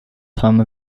time